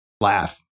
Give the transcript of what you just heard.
laugh